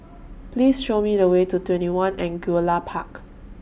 Please Show Me The Way to TwentyOne Angullia Park